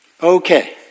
Okay